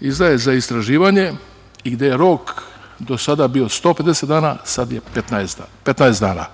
izdaje za istraživanje i gde je rok do sada bio 150 dana, sada je 15 dana.